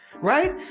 right